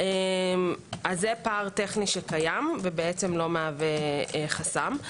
זה פער טכני שקיים ובעצם לא מהווה חסם.